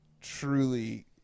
truly